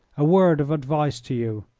a word of advice to you!